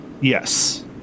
yes